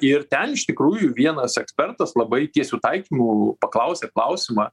ir ten iš tikrųjų vienas ekspertas labai tiesiu taikymu paklausė klausimą